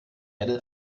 erde